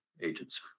agents